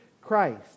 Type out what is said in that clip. Christ